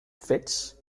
fits